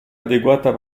adeguata